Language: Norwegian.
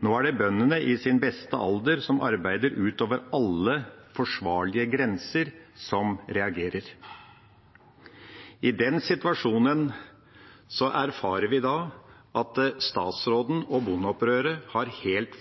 Nå er det bøndene i sin beste alder som arbeider utover alle forsvarlige grenser, som reagerer. I den situasjonen erfarer vi at statsråden og bondeopprøret har helt